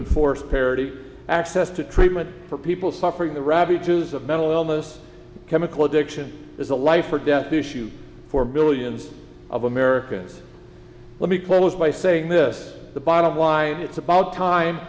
enforce parity access to treatment for people suffering the ravages of mental illness chemical addiction is a life or death issue for millions of americans let me close by saying this the bottom of why it's about time